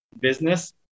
business